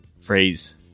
Phrase